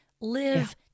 live